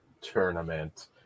tournament